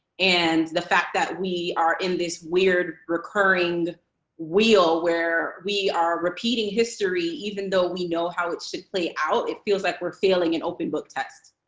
and the fact that we are in this weird, recurring wheel where we are repeating history even though we know how it should play out, it feels like we're failing an open-book test.